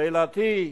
שאלתי: